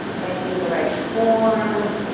they had to use the right form.